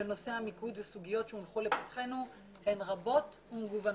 נושא המיקוד וסוגיות שהונחו לפתחנו הן רבות ומגוונות.